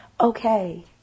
okay